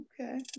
okay